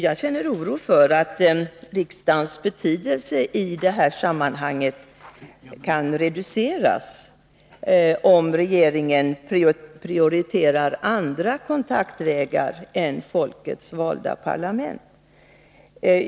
Jag känner oro för att riksdagens betydelse i detta sammanhang kan reduceras, om regeringen prioriterar andra kontaktvägar än folkets valda parlament.